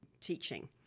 teaching